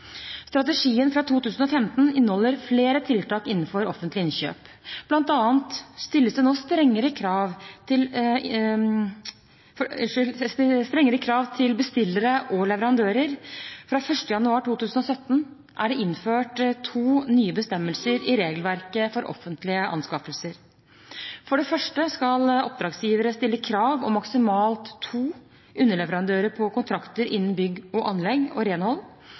Strategien fra 2015 inneholder flere tiltak innenfor offentlige innkjøp. Blant annet stilles det nå strengere krav til bestillere og leverandører. Fra 1. januar 2017 er det innført to nye bestemmelser i regelverket for offentlige anskaffelser. For det første skal oppdragsgiver stille krav om maksimalt to underleverandører på kontrakter innen bygg og anlegg, og renhold.